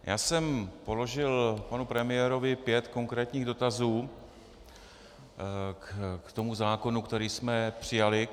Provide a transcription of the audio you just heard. Já jsem položil panu premiérovi pět konkrétních dotazů k zákonu, který jsme přijali.